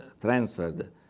transferred